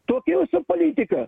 tokia jūsų politika